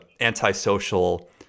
antisocial